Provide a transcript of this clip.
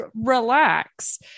relax